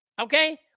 okay